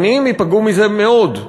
העניים ייפגעו מזה מאוד.